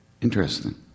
interesting